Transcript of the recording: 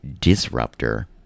disruptor